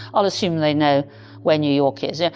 i'll assume they'll know where new york is. yeah